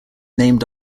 named